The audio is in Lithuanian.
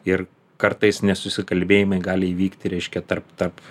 ir kartais nesusikalbėjimai gali įvykti reiškia tarp tarp